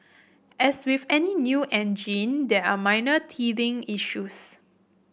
as with any new engine there are minor teething issues